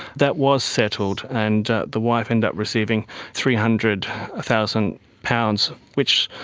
that was settled, and the wife ended up receiving three hundred thousand pounds which,